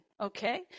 Okay